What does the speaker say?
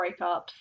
breakups